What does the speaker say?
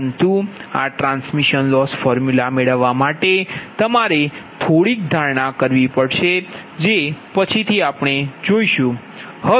પરંતુ આ transmission loss formula મેળવવા માટે તમારે થોડીક ધારણા કરવી પડશે જે પછીથી આવશે